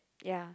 ya